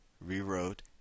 rewrote